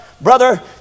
Brother